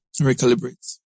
Recalibrate